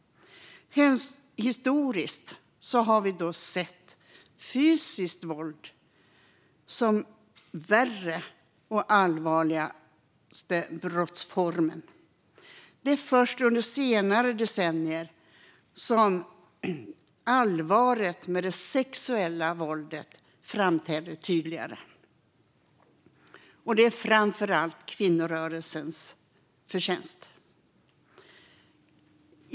Historiskt har vi sett fysiskt våld som värre än psykiskt våld och som den allvarligaste brottsformen. Det är först under senare decennier som allvaret med det sexuella våldet framträder tydligare, och det är framför allt kvinnorörelsens förtjänst.